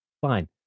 Fine